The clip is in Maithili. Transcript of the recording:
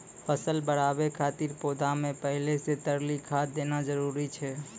फसल बढ़ाबै खातिर पौधा मे पहिले से तरली खाद देना जरूरी छै?